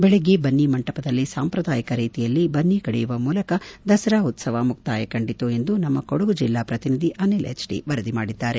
ಬೆಳಗ್ಗೆ ಬನ್ನಿ ಮಂಟಪದಲ್ಲಿ ಸಾಂಪ್ರದಾಯಿಕ ರೀತಿಯಲ್ಲಿ ಬನ್ನಿ ಕಡಿಯುವ ಮೂಲಕ ದಸರಾ ಉತ್ಸವ ಮುಕ್ತಾಯ ಕಂಡಿತು ಎಂದು ನಮ್ಮ ಕೊಡಗು ಜಿಲ್ಲಾ ಪ್ರತಿನಿಧಿ ಅನಿಲ್ ಎಚ್ ಟಿ ವರದಿ ಮಾಡಿದ್ದಾರೆ